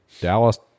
dallas